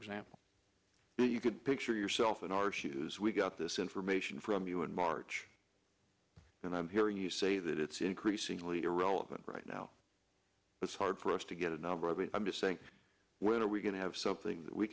example well you could picture yourself in our shoes we got this information from you in march and i'm hearing you say that it's increasingly irrelevant right now it's hard for us to get a number of it i'm just saying when are we going to have something